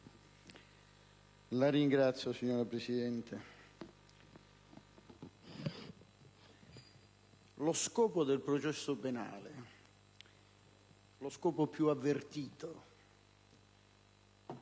*(PdL)*. Signora Presidente, lo scopo del processo penale, lo scopo più avvertito,